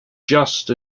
just